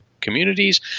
communities